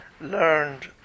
learned